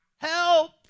Help